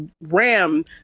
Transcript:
ram